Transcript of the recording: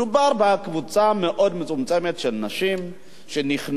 מדובר בקבוצה מאוד מצומצמת של נשים שנכנסו